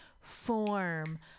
form